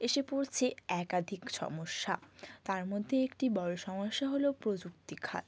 এসে পড়ছে একাধিক সমস্যা তার মধ্যে একটি বড়ো সমস্যা হলো প্রযুক্তিখাত